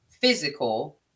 physical